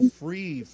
free